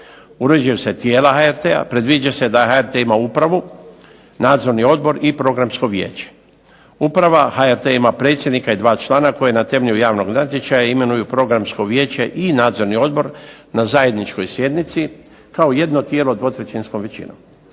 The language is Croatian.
Uređuju se tijela HRT-a, predviđa se da HRT ima upravu, nadzorni odbor i programsko vijeće. Uprava HRT-a ima predsjednika i dva člana, koja na temelju javnog natječaja imenuju programsko vijeće i nadzorni odbor na zajedničkoj sjednici, kao jedno tijelo dvotrećinskom većinom.